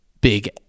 big